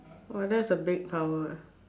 !wah! that's a big power eh